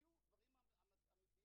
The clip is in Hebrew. נציג משרד האוצר,